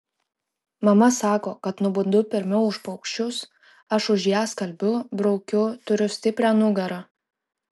mama sako kad nubundu pirmiau už paukščius aš už ją skalbiu braukiu turiu stiprią nugarą